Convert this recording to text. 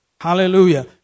Hallelujah